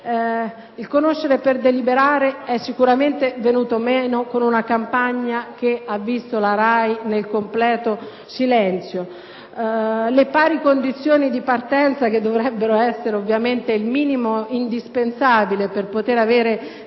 Il «conoscere per deliberare» è sicuramente venuto meno in una campagna elettorale che ha visto la RAI nel completo silenzio. Le pari condizioni di partenza, che dovrebbero essere ovviamente il minimo indispensabile per assicurare